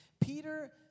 Peter